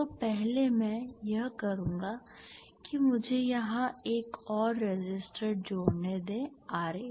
तो पहले मैं यह करूँगा कि मुझे यहाँ एक और रेसिस्टर जोड़ने दें Ra